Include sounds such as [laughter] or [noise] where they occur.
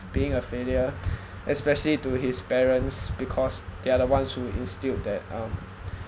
being a failure [breath] especially to his parents because they are the ones who instilled that um